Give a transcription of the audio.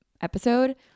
episode